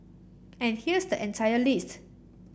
and here's the entire list